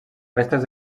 restes